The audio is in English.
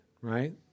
right